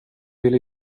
ville